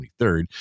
23rd